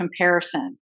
comparison